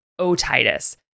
otitis